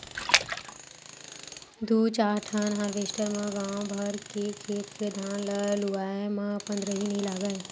दू चार ठन हारवेस्टर म गाँव भर के खेत के धान ल लुवाए म पंदरही नइ लागय